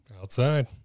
Outside